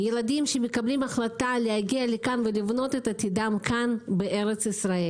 ילדים שמקבלים החלטה להגיע לכאן ולבנות את עתידם כאן בארץ ישראל.